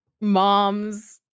mom's